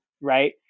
right